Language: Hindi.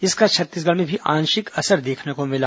इसका छत्तीसगढ़ में भी आंशिक असर देखने को मिला